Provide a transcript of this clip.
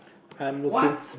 I'm looking